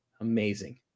Amazing